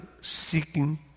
seeking